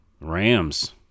Rams